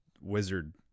wizard